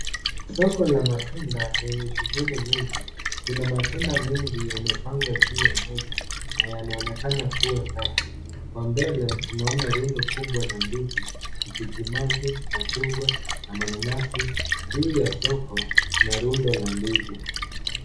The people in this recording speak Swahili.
Soko la matunda lenye shughuli nyingi, kuna matunda mengi yamepangwa juu ya meza na yanaonekana kuwa safi kwa mbele tunaona rundo mingi ya ndizi , tikitiki maji, machungwa na mananansi juu ya soko kuna rundo la ndizi.